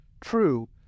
True